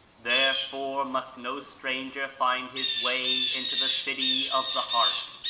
therefore, must no stranger find his way into the city of the heart,